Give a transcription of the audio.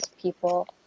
people